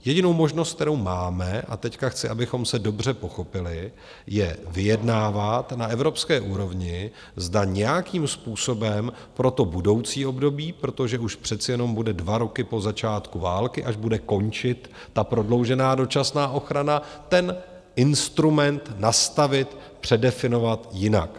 Jedinou možnost, kterou máme, a teď chci, abychom se dobře pochopili, je vyjednávat na evropské úrovni, zda nějakým způsobem pro budoucí období, protože už to přece jenom budou dva roky po začátku války, až bude končit ta prodloužená dočasná ochrana, ten instrument nastavit, předefinovat jinak.